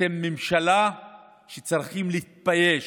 אתם ממשלה שצריכה להתבייש.